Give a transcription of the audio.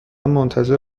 منتظر